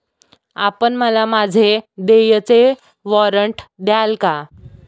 आपण मला माझे देयचे वॉरंट द्याल का?